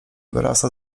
wyrasta